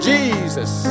Jesus